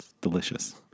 Delicious